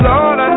Lord